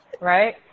Right